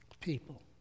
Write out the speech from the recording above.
people